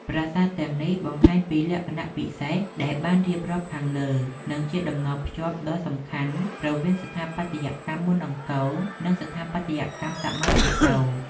ប្រាសាទទាំងនេះបង្ហាញពីលក្ខណៈពិសេសដែលបានរៀបរាប់ខាងលើ និងជាតំណភ្ជាប់ដ៏សំខាន់រវាងស្ថាបត្យកម្មមុនអង្គរ និងស្ថាបត្យកម្មសម័យអង្គរ។